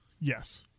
Yes